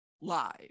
live